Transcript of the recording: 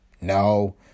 No